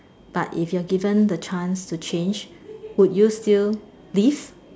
but if you're given the chance to change would you still leave